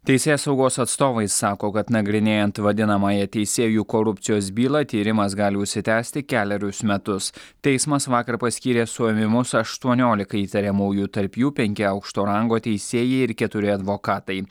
teisėsaugos atstovai sako kad nagrinėjant vadinamąją teisėjų korupcijos bylą tyrimas gali užsitęsti kelerius metus teismas vakar paskyrė suėmimus aštuoniolikai įtariamųjų tarp jų penki aukšto rango teisėjai ir keturi advokatai